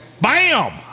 bam